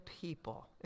people